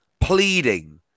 pleading